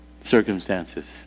circumstances